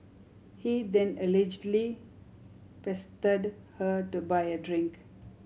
he then allegedly pestered her to buy a drink